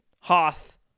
hoth